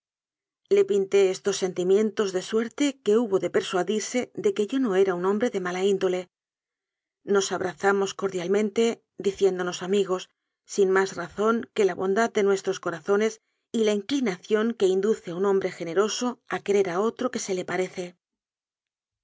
le pinté estos sentimientos de suelte que hubo de persuadirse de que yo no era un hombre de mala índole nos abrazamos cordialmente diciéndonos amigos sin más razón que la bondad de nuestros corazones y la inclinación que induce a un hombre generoso a querer a otro que se le parece